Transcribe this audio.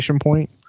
point